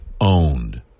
owned